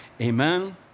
Amen